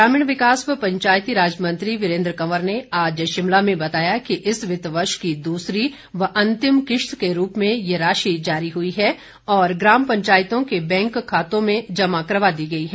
ग्रामीण विकास व पंचायती राज मंत्री वीरेन्द्र कंवर ने आज शिमला में बताया कि इस वित्त वर्ष की दूसरी व अंतिम किश्त के रूप में ये राशि जारी हुई है और ग्राम पंचायत के बैंक खातों में जमा करवा दी गई है